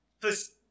please